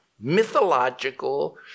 mythological